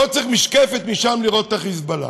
לא צריך משקפת משם לראות את ה"חיזבאללה".